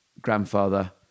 grandfather